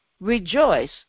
rejoice